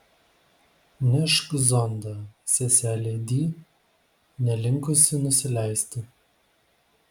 nešk zondą seselė di nelinkusi nusileisti